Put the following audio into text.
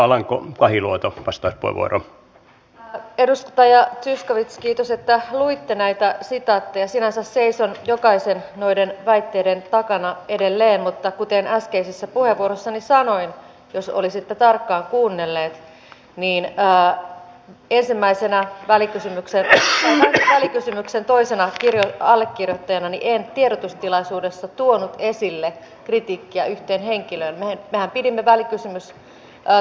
kuitenkin meillä on tiedossa että meillä ei ole selkeätä käsitystä ei parlamentilla eikä sen paremmin maan hallituksella millä rahoitetaan keskeiset suorituskykyhankinnat ensiksi merivoimille ja myöhemmin puolustusvoimille niin kuin edustaja kaikkonen omassa puheenvuorossaan ansiokkaasti myös toi asian esille kritiikkiä yhteen henkilöön vaan pidin välikysymys saa